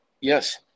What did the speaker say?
Yes